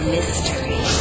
Mystery